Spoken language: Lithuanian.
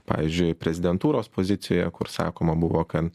pavyzdžiui prezidentūros pozicijoje kur sakoma buvo kad